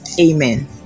amen